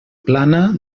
plana